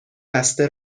بسته